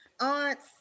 aunts